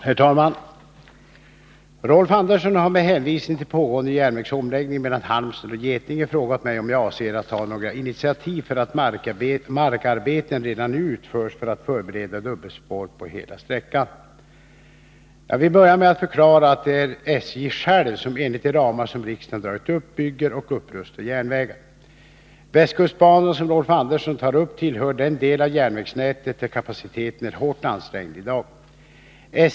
Herr talman! Rolf Andersson har med hänvisning till pågående omläggning av järnvägen mellan Halmstad och Getinge frågat mig om jag avser att ta några initiativ, så att markarbeten för att förbereda dubbelspår på hela sträckan utförs redan nu. Jag vill börja med att förklara att det är SJ självt som enligt de ramar som riksdagen dragit upp bygger och upprustar järnvägar. Västkustbanan, som Rolf Andersson tar upp, tillhör den del av järnvägsnätet där kapaciteten är hårt ansträngd i dag.